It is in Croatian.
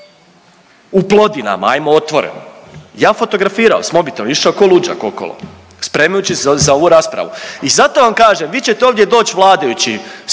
u Plodinama ajmo otvoreno, ja fotografirao s mobitelom išo ko luđak okolo spremajući se za ovu raspravu i zato vam kažem vi ćete ovdje doć vladajući,